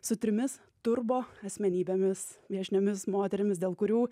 su trimis turboasmenybėmis viešniomis moterimis dėl kurių